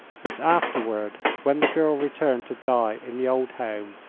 but afterward, when the girl returned to die in the old home,